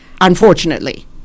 unfortunately